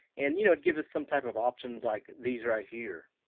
and you know would give us some type of options like these right here.